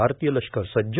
भारतीय लष्कर सज्ज